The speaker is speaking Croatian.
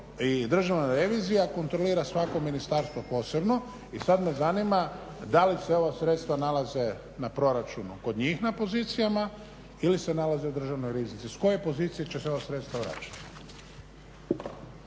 državna revizija kontrolira svako ministarstvo posebno i sad me zanima da li se ova sredstva nalaze na proračunu kod njih na pozicijama ili se nalaze u državnoj riznici. S koje pozicije će se ova sredstva vraćati?